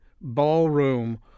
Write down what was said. ballroom